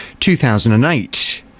2008